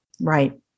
Right